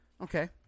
Okay